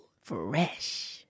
Fresh